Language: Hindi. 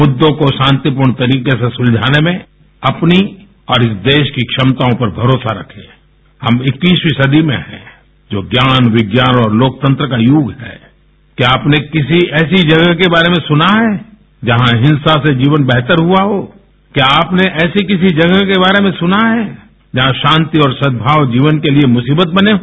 मुद्दो को शांतिपूर्ण तरीकों से सुलझाने में अपनी और इस देश की क्षमताओं पर भरोसा रखे हम इक्कसवीं सदी में है जो ज्ञान विज्ञान और लोकतंत्र का युग है क्या आपने किसी ऐसी जगह के बारे में सुना है जहां हिंसा से जीवन बेहतर हुआ हो क्या आपने ऐसी जगह के बारे में सुना है जहां शांति और सद्भाव जीवन के लिए मुसीबत बना हो